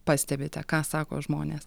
pastebite ką sako žmonės